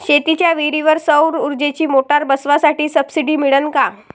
शेतीच्या विहीरीवर सौर ऊर्जेची मोटार बसवासाठी सबसीडी मिळन का?